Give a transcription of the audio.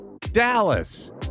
Dallas